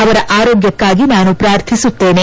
ಅವರ ಆರೋಗ್ಯಕ್ಕಾಗಿ ನಾನು ಪ್ರಾರ್ಥಿಸುತ್ತೇನೆ